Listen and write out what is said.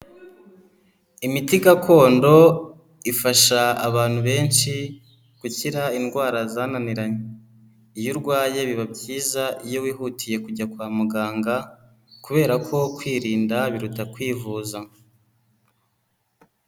Imiti gakondo ifasha abantu benshi gukira indwara zananiranye. Iyo urwaye biba byiza iyo wihutiye kujya kwa muganga kubera ko kwirinda biruta kwivuza.